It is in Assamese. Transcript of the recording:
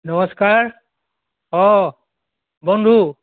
নমস্কাৰ অঁ বন্ধু